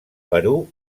perú